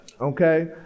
Okay